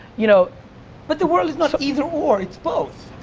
you know but the world is not either or it's both.